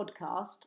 podcast